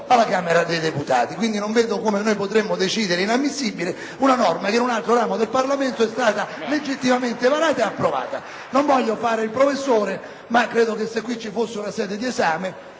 dalla Camera dei deputati. Pertanto, non vedo come potremmo giudicare inammissibile una norma che nell'altro ramo del Parlamento è stata legittimamente varata e approvata. Non voglio fare il professore, ma credo che se questa fosse una sede d'esame,